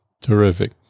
Terrific